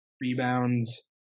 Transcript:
rebounds